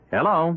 Hello